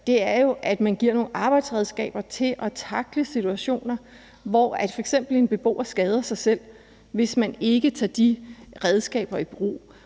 er, at man giver nogle arbejdsredskaber til at tackle situationer, hvor f.eks. en beboer skader sig selv, hvis man ikke tager de redskaber i brug.